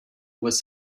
was